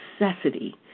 necessity